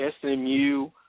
SMU